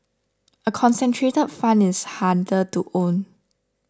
a concentrated fund is harder to own